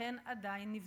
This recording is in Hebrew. והן עדיין נבדקות.